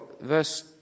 verse